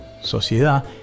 Sociedad